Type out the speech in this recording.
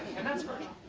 condensed version.